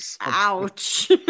Ouch